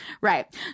right